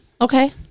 Okay